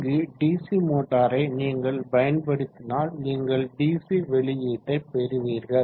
இங்கு டிசி மோட்டாரை நீங்கள் பயன்படுத்தினால் நீங்கள் டிசி வெளியீட்டை பெறுவீர்கள்